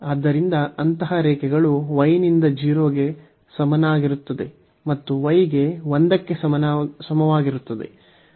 ಆದ್ದರಿಂದ ಅಂತಹ ರೇಖೆಗಳು y ನಿಂದ 0 ಗೆ ಸಮನಾಗಿರುತ್ತದೆ ಮತ್ತು y ಗೆ 1 ಕ್ಕೆ ಸಮವಾಗಿರುತ್ತದೆ